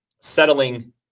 settling